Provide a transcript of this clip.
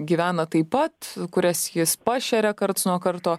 gyvena taip pat kurias jis pašeria karts nuo karto